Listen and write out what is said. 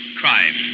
crime